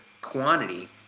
quantity